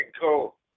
cool